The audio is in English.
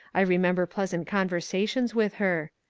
i remember pleasant conversations with her.